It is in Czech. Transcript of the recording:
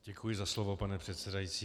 Děkuji za slovo, pane předsedající.